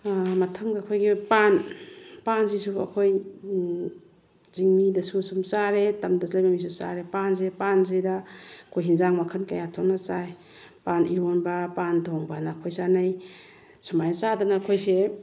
ꯃꯊꯪꯗ ꯑꯩꯈꯣꯏꯒꯤ ꯄꯥꯟ ꯄꯥꯟꯁꯤꯁꯨ ꯑꯩꯈꯣꯏ ꯆꯤꯡꯃꯤꯗꯁꯨ ꯁꯨꯝ ꯆꯥꯔꯦ ꯇꯝꯗ ꯂꯩꯕ ꯃꯤꯁꯨ ꯆꯥꯔꯦ ꯄꯥꯟꯁꯦ ꯄꯥꯟꯁꯤꯗ ꯑꯩꯈꯣꯏ ꯑꯦꯟꯁꯥꯡ ꯃꯈꯜ ꯀꯌꯥ ꯊꯣꯛꯅ ꯆꯥꯏ ꯄꯥꯟ ꯏꯔꯣꯝꯕ ꯄꯥꯟ ꯊꯣꯡꯕ ꯑꯅ ꯑꯩꯈꯣꯏ ꯆꯥꯟꯅꯩ ꯁꯨꯃꯥꯏꯅ ꯆꯥꯗꯅ ꯑꯩꯈꯣꯏꯁꯦ